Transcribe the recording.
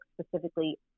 specifically